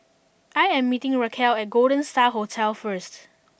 I am meeting Rachelle at Golden Star Hotel first